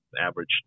average